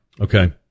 Okay